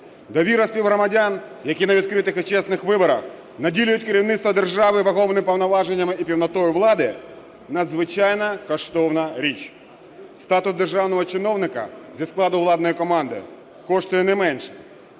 Довіра співгромадян, які на відкритих і чесних виборах наділяють керівництво держави вагомими повноваженнями і повнотою влади, - надзвичайно коштовна річ. Статус державного чиновника зі складу владної команди коштує не менше.